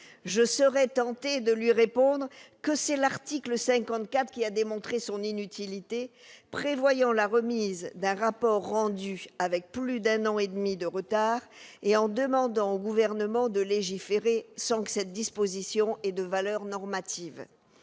Je serais tentée de lui répondre que c'est l'article 54 qui a fait la preuve de son inutilité ! De fait, celui-ci prévoit la remise d'un rapport rendu avec plus d'un an et demi de retard et demande au Gouvernement de légiférer sans que cette disposition ait de valeur normative.